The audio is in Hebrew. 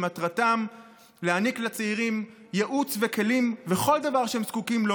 שמטרתם להעניק לצעירים ייעוץ וכלים וכל דבר שהם זקוקים לו